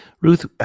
Ruth